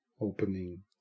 opening